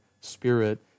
spirit